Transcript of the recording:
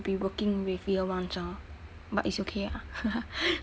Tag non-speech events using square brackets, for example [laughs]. be working with year ones orh but it's okay ah [laughs]